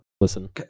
Listen